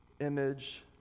image